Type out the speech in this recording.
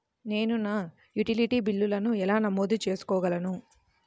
నేను నా యుటిలిటీ బిల్లులను ఎలా నమోదు చేసుకోగలను?